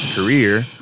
career